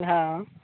हँ